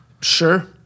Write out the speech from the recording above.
Sure